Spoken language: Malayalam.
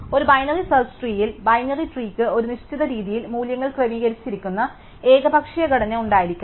ഒരു ബൈനറി സെർച്ച് ട്രീയിൽ ബൈനറി ട്രീക്ക് ഒരു നിശ്ചിത രീതിയിൽ മൂല്യങ്ങൾ ക്രമീകരിച്ചിരിക്കുന്ന ഏകപക്ഷീയ ഘടന ഉണ്ടായിരിക്കാം